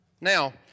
now